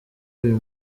uyu